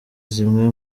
zimwe